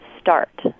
start